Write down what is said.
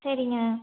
சரிங்க